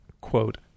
quote